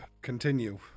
continue